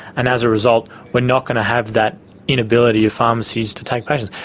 and as a result we're not going to have that inability of pharmacies to take patients.